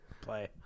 play